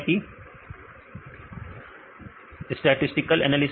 the statistical analysis